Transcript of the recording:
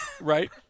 Right